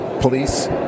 police